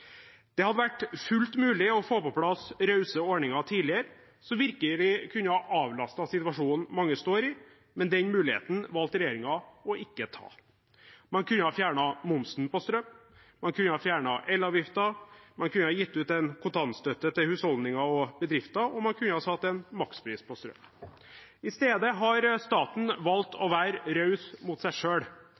Det hadde vært fullt mulig å få på plass rause ordninger tidligere, noe som virkelig kunne ha avlastet situasjonen mange står i, men den muligheten valgte regjeringen å ikke ta. Man kunne ha fjernet momsen på strøm, man kunne ha fjernet elavgiften, man kunne ha gitt ut en kontantstøtte til husholdninger og bedrifter, og man kunne ha satt en makspris på strøm. I stedet har staten valgt å være raus mot seg